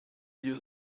you